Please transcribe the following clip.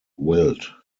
wilt